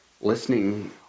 listening